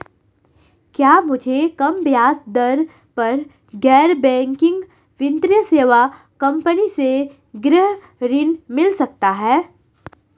क्या मुझे कम ब्याज दर पर गैर बैंकिंग वित्तीय सेवा कंपनी से गृह ऋण मिल सकता है?